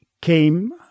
came